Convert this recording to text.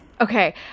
Okay